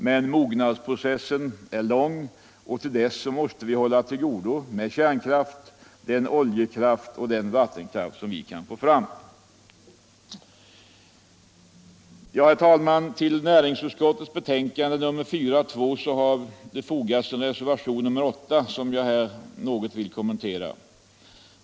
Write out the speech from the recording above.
Men mognadsprocessen är långvarig, och tills vidare måste vi hålla till godo med den kärnkraft, oljekraft och vattenkraft som vi kan få fram. Till näringsutskottets betänkande 42 har fogats reservationen 8, som jag här vill kommentera något.